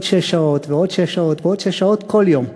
עוד שש שעות ועוד שש שעות ועוד שש שעות כל יום.